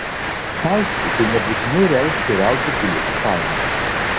aišku tai nebūtinai reikš geriausią bilietų kainą